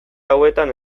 hauetan